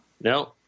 No